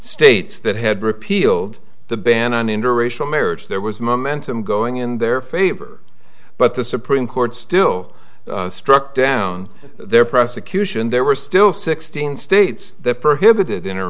gates that had repealed the ban on interracial marriage there was momentum going in their favor but the supreme court still struck down their prosecution there were still sixteen states that prohibited inter